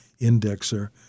indexer